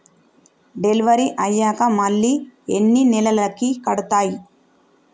Delivery అయ్యాక మళ్ళీ ఎన్ని నెలలకి కడుతాయి?